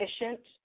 efficient